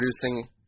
producing